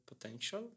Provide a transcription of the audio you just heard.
potential